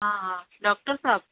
हा हा डॉक्टर साहिबु